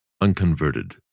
unconverted